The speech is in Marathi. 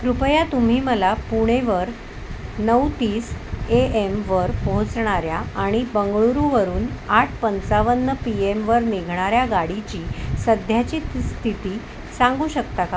कृपया तुम्ही मला पुणेवर नऊ तीस ए एमवर पोहोचणाऱ्या आणि बंगळूरुवरून आठ पंचावन्न पी एमवर निघणाऱ्या गाडीची सध्याची स्थिती सांगू शकता का